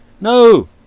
No